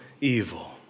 evil